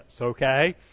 okay